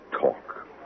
talk